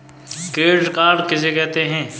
Credit card किसे कहते हैं?